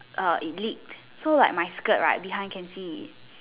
uh it leaked so like my skirt right behind can see